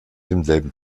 demselben